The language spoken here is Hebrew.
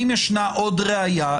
אם יש עוד ראיה,